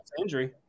injury